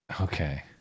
okay